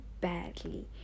badly